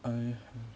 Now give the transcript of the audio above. I mm